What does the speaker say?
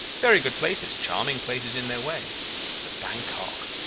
very good places, charming places in their way but bankok!